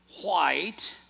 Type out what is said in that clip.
white